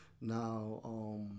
Now